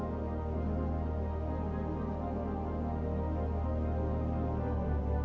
or